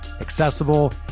accessible